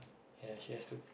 ya she has to